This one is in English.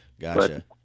Gotcha